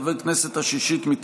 כפרלמנטר וכאיש שירות החוץ הייתה ליעקב